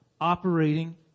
operating